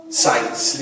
science